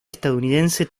estadounidense